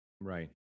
Right